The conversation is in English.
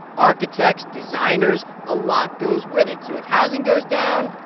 architects, designers. a lot goes with it. so if housing goes down,